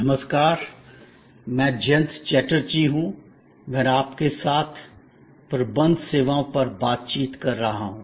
नमस्कार मैं जयंत चटर्जी हूं और मैं आपके साथ प्रबंध सेवाओं पर बातचीत कर रहा हूं